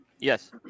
Yes